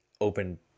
open